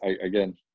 again